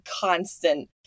constant